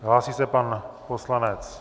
Hlásí se pan poslanec.